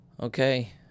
Okay